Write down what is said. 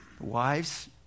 wives